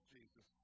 Jesus